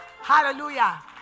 Hallelujah